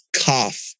cough